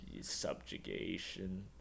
subjugation